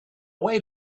wait